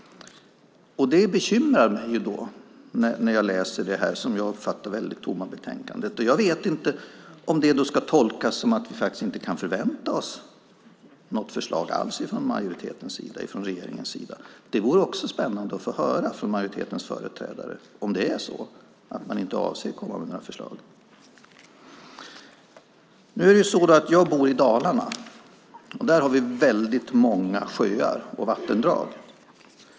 Det bekymrar mig. Jag vet inte om det ska tolkas som att vi inte kan förvänta oss något förslag alls från regeringens sida. Det vore spännande att få höra från majoritetens företrädare om det är så att man inte avser att komma med något förslag. Jag bor i Dalarna. Där har vi många sjöar och vattendrag.